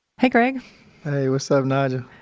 hey, greg hey. what's up, nigel? ah,